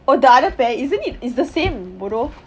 oh the other pair isn't it it's the same bodoh